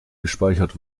gespeichert